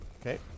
Okay